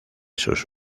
sus